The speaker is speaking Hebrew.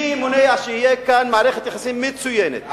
מי מונע שתהיה כאן מערכת יחסים מצוינת?